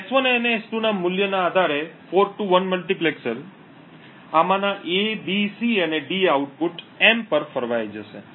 S1 અને S2 ના મૂલ્યોના આધારે 4 થી 1 મલ્ટિપ્લેક્સર આમાંના A B C અને D આઉટપુટ એમ પર ફેરવાઈ જશે